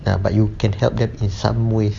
ya but you can help them in some ways